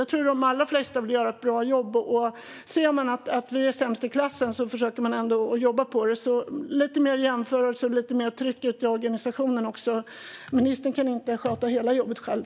Jag tror att de allra flesta vill göra ett bra jobb. Ser man att man är sämst i klassen försöker man jobba på det. Det behövs lite mer jämförelser och lite mer tryck ut i organisationen. Ministern kan inte sköta hela jobbet själv.